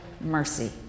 Mercy